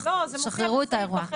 שחררו את האירוע.